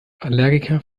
allergiker